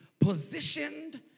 positioned